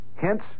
Hence